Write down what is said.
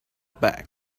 bag